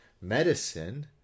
Medicine